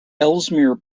ellesmere